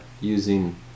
using